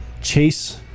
chase